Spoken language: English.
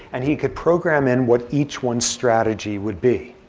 and he could program in what each one's strategy would be.